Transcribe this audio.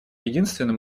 единственным